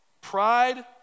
Pride